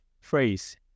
phrase